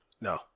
No